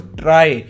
try